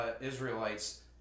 Israelites